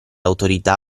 autorità